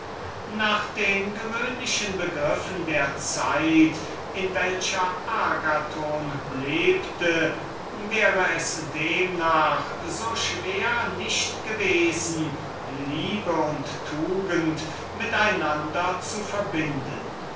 nach den gewöhnlichen begriffen seiner zeit wäre es so schwer nicht gewesen liebe und tugend mit einander zu verbinden